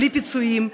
בלי פיצויים,